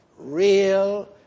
real